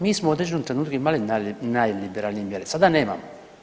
Mi smo u određenom trenutku imali najliberalnije mjere, sada nemamo.